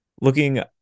looking